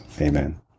Amen